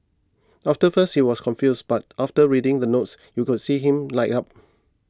after first he was confused but after reading the notes you could see him light up